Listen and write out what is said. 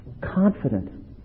confident